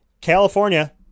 California